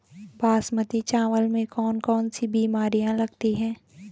बासमती चावल में कौन कौन सी बीमारियां लगती हैं?